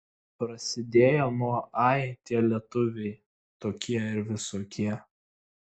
prasidėjo nuo ai tie lietuviai tokie ir visokie